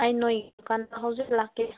ꯑꯩ ꯅꯣꯏ ꯗꯨꯀꯥꯟ ꯍꯧꯖꯤꯛ ꯂꯥꯛꯀꯦ